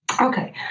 Okay